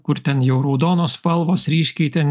kur ten jau raudonos spalvos ryškiai ten